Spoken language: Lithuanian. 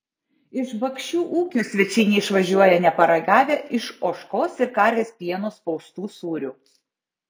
iš bakšių ūkio svečiai neišvažiuoja neparagavę iš ožkos ir karvės pieno spaustų sūrių